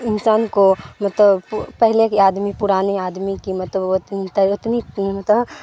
انسان کو مطلب پہلے کے آدمی پرانے آدمی کی مطلب اتنی مطلب